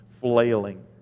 flailing